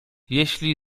jeśli